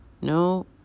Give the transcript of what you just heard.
No